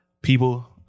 people